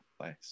place